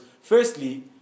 firstly